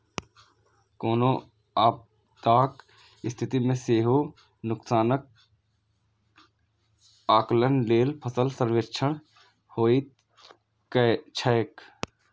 कोनो आपदाक स्थिति मे सेहो नुकसानक आकलन लेल फसल सर्वेक्षण होइत छैक